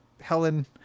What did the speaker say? Helen